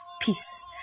Peace